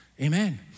Amen